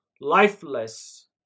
lifeless